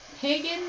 pagan